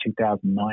2009